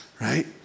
right